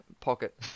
pocket